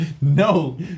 No